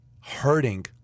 hurting